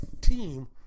team